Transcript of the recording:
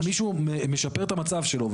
מישהו משפר את המצב שלו,